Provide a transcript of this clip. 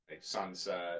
sunset